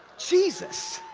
jesus!